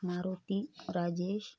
Maruti Rajesh